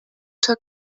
zur